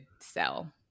sell